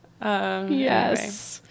Yes